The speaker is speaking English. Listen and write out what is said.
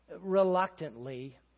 reluctantly